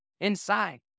inside